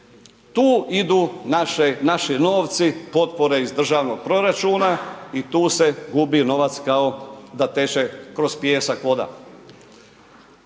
Tu idu naši novci, potpore iz državnog proračuna i tu se gubi novac kao da teče kroz pijesak voda.